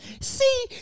See